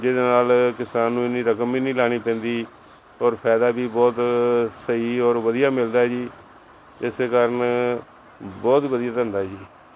ਜਿਹਦੇ ਨਾਲ ਕਿਸਾਨ ਨੂੰ ਇੰਨੀ ਰਕਮ ਵੀ ਨਹੀਂ ਲਾਉਣੀ ਪੈਂਦੀ ਔਰ ਫਾਇਦਾ ਵੀ ਬਹੁਤ ਸਹੀ ਔਰ ਵਧੀਆ ਮਿਲਦਾ ਜੀ ਇਸ ਕਾਰਨ ਬਹੁਤ ਵਧੀਆ ਧੰਦਾ ਜੀ